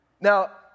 Now